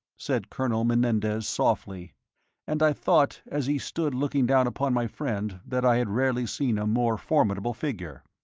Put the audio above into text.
said colonel menendez, softly and i thought as he stood looking down upon my friend that i had rarely seen a more formidable figure.